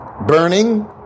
Burning